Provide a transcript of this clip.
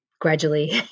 gradually